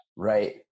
Right